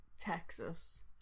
Texas